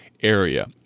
area